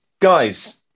guys